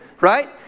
right